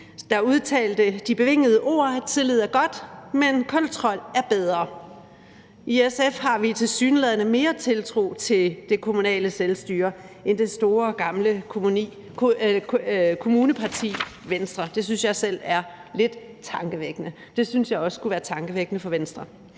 der udtalte de bevingede ord: Tillid er godt, men kontrol er bedre. I SF har vi tilsyneladende mere tiltro til det kommunale selvstyre end det store, gamle kommuneparti, Venstre. Det synes jeg selv er lidt tankevækkende. Det syntes jeg også skulle være tankevækkende for Venstre.